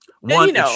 one